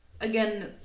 again